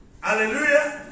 Hallelujah